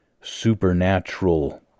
supernatural